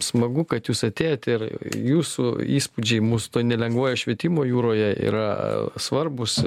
smagu kad jūs atėjote ir jūsų įspūdžiai mūsų toj nelengvoj švietimo jūroje yra svarbūs